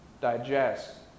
digest